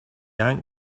ant